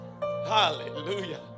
Hallelujah